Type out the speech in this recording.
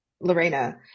Lorena